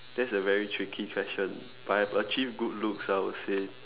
that's a very tricky question but I have achieved good looks I would say